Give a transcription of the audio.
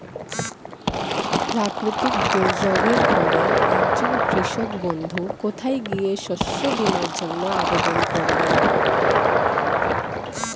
প্রাকৃতিক দুর্যোগের পরে একজন কৃষক বন্ধু কোথায় গিয়ে শস্য বীমার জন্য আবেদন করবে?